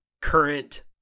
current